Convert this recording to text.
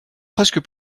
presque